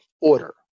order